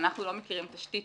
אנחנו לא מכירים תשתית